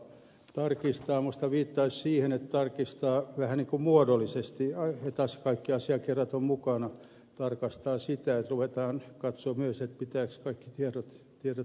tarkistaa minusta viittaisi siihen että tarkistaa vähän niin kuin muodollisesti että kaikki asiakirjat ovat mukana tarkastaa tarkoittaisi sitä että ruvetaan katsomaan myös pitävätkö kaikki tiedot paikkansa